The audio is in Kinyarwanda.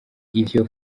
ivyo